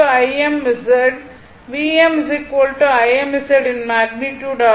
Vm Im Z யின் magnitude ஆகும்